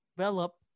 develop